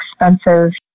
expensive